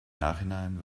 nachhinein